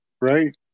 Right